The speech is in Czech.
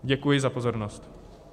Děkuji za pozornost.